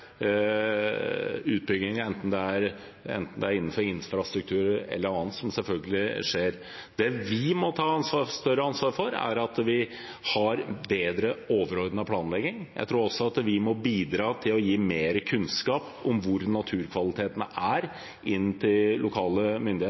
utbygginger, enten det er innenfor infrastruktur eller annet, som selvfølgelig skjer. Det vi må ta større ansvar for, er at vi har en bedre overordnet planlegging. Jeg tror også at vi må bidra til å gi lokale myndigheter mer kunnskap om hvor naturkvalitetene er.